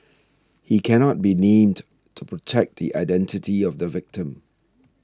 he cannot be named to protect the identity of the victim